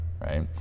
Right